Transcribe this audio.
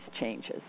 changes